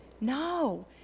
No